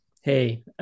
hey